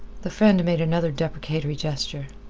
the friend made another deprecatory gesture.